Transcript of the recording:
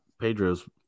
Pedro's